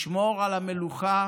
לשמור על המלוכה